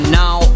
now